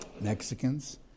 Mexicans